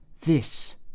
This